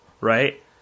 Right